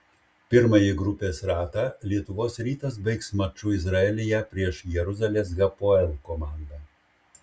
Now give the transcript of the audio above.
pirmąjį grupės ratą lietuvos rytas baigs maču izraelyje prieš jeruzalės hapoel komandą